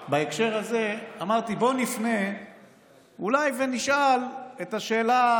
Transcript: אמרתי: בואו נפנה אולי ונשאל את השאלה,